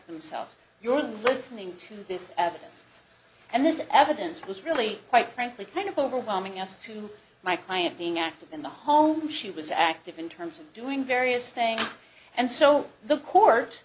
themselves you're listening to this evidence and this evidence was really quite frankly kind of overwhelming us to my client being active in the home she was active in terms of doing various things and so the court